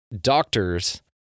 doctors